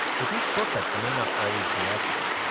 but these shortcuts may not always be accurate.